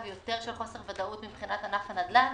של יותר חוסר ודאות מבחינת ענף הנדל"ן.